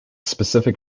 specific